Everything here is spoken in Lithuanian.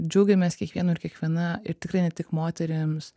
džiaugiamės kiekvienu ir kiekviena ir tikrai ne tik moterims